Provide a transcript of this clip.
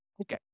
Okay